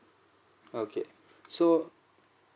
okay so